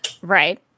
Right